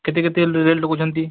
କେତେ କେତେ ରେଟ୍ ଲଗାଉଛନ୍ତି